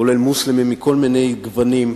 כולל מוסלמים מכל מיני גוונים,